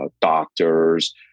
doctors